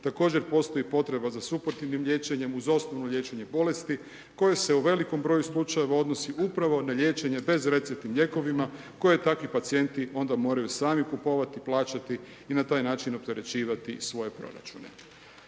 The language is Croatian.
također postoji potreba za suportivnim liječenjem uz osnovno liječenje bolesti koje se u velikom broju slučajeva odnosi upravo na liječenje bezreceptnim lijekovima koje takvi pacijenti onda moraju sami kupovati, plaćati i na taj način opterećivati svoje proračune.